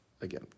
again